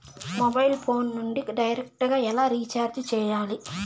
mobile phone నుండి direct గా ఎలా రీచార్జి సేయాలి